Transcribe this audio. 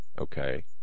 okay